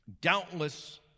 doubtless